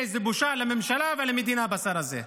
איזו בושה לממשלה ולמדינה בשר הזה.